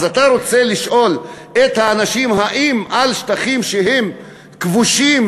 אז אתה רוצה לשאול את האנשים אם על שטחים שהם כבושים,